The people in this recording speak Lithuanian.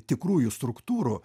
tikrųjų struktūrų